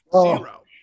Zero